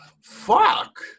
fuck